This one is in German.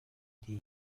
dir